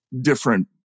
different